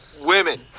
women